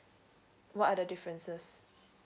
what are the differences